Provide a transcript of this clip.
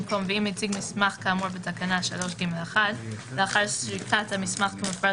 במקום "ואם הציג מסמך כאמור בתקנה 3(ג)(1) לאחר סריקת המסמך כמפורט